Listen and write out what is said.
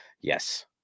yes